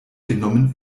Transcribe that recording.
genommen